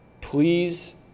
please